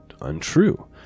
untrue